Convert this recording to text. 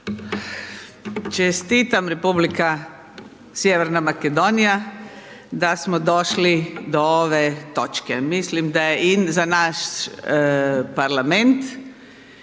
Čestitam Republika Sjeverna Makedonija da smo došli do ove točke. Mislim da je i za naš parlament,